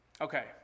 Okay